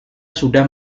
sudah